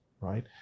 right